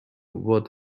what